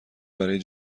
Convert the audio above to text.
برای